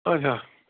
آچھا